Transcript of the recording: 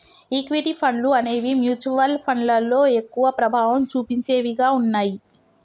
equity ఫండ్లు అనేవి mutual ఫండ్లలో ఎక్కువ ప్రభావం చుపించేవిగా ఉన్నయ్యి